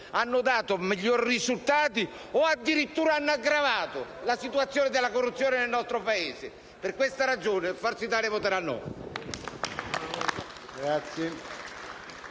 avranno dato miglior risultati o addirittura avranno aggravato la situazione della corruzione nel nostro Paese. Per queste ragioni, il Gruppo